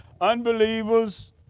unbelievers